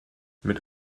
mit